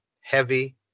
heavy